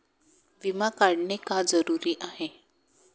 विमा काढणे का जरुरी आहे?